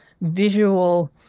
visual